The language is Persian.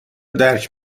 درک